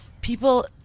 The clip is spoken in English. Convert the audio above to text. People